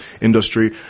industry